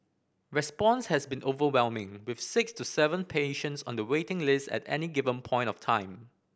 response has been overwhelming with six to seven patients on the waiting list at any given point of time